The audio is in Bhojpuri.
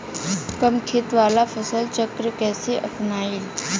कम खेत वाला फसल चक्र कइसे अपनाइल?